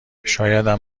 شایدم